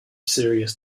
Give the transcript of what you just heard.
serious